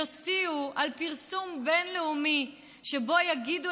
יוציאו על פרסום בין-לאומי שבו יגידו